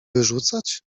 wyrzucać